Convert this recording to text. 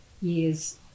years